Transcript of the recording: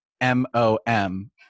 M-O-M